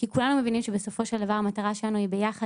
כי כולנו מבינים שבסופו של דבר המטרה שלנו ביחד